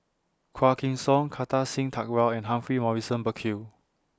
Quah Kim Song Kartar Singh Thakral and Humphrey Morrison Burkill